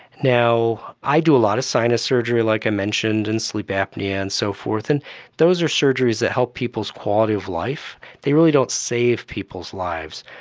now, i do a lot of sinus surgery, like i mentioned, and sleep apnoea and so forth, and those are surgeries that help people's quality of life, they really don't save people's lives,